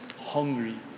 hungry